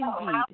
indeed